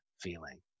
feeling